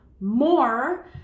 more